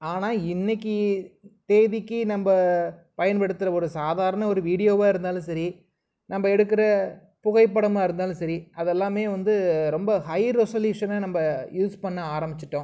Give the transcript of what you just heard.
ஆனால் இன்றைக்கு தேதிக்கு நம்ம பயன்படுத்துகிற ஒரு சாதாரண ஒரு வீடியோவாக இருந்தாலும் சரி நம்ம எடுக்கிற புகைப்படமாக இருந்தாலும் சரி அதெல்லாமே வந்து ரொம்ப ஹை ரோஸோலிஷனாக நம்ம யூஸ் பண்ண ஆரம்பிச்சுட்டோம்